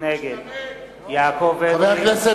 נגד יעקב אדרי,